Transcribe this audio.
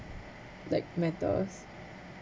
like matter